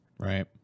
Right